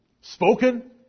spoken